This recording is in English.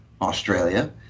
Australia